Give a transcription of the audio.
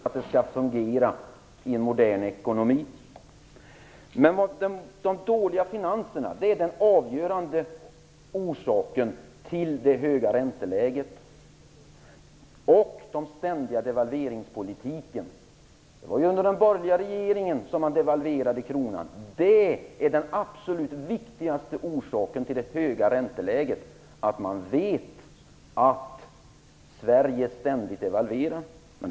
Fru talman! Det behövs både företag och stat för att det skall fungera i en modern ekonomi. Men de dåliga finanserna och den ständiga devalveringspolitiken är de avgörande orsakerna till det höga ränteläget. Det var ju under den borgerliga regeringen som kronan devalverades. Det är den absolut viktigaste orsaken till det höga ränteläget. Man vet att Sverige ständigt devalverar.